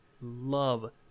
love